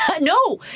no